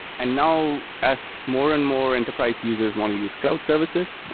and now, as more and more enterprise users want to use cloud services,